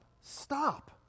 stop